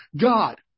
God